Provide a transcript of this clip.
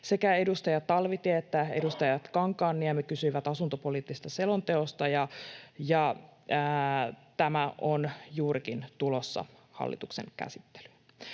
Sekä edustaja Talvitie että edustaja Kankaanniemi kysyivät asuntopoliittisesta selonteosta, ja tämä on juurikin tulossa hallituksen käsittelyyn.